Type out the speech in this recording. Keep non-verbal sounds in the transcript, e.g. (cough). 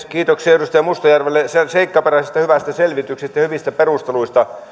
(unintelligible) kiitoksia edustaja mustajärvelle seikkaperäisestä hyvästä selvityksestä ja hyvistä perusteluista